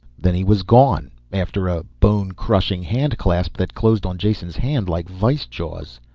then he was gone, after a bone-crushing handclasp that closed on jason's hand like vise jaws.